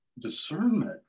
discernment